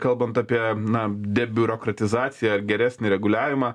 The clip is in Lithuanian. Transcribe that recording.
kalbant apie na debiurokratizaciją ar geresnį reguliavimą